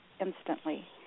Instantly